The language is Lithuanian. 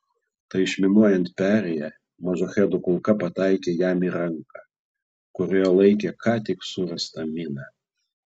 tai išminuojant perėją modžahedų kulka pataikė jam į ranką kurioje laikė ką tik surastą miną